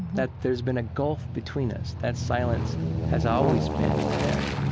that there's been a gulf between us, that silence has always been there.